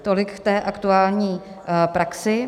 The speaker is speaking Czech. Tolik k aktuální praxi.